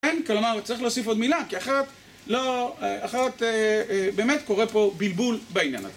כן, כלומר, צריך להוסיף עוד מילה, כי אחרת, לא, אחרת באמת קורה פה בלבול בעניין הזה.